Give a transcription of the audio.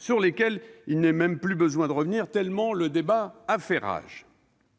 sur lesquelles il n'est plus besoin de revenir, tellement le débat a fait rage.